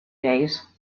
days